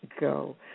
go